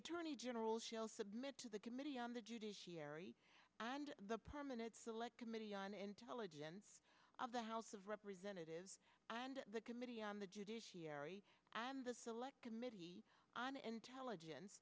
attorney general shall submit to the committee on the judiciary and the permanent select committee on intelligence of the house of representatives the committee on the judiciary the select committee on intelligence